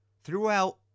Throughout